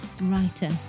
writer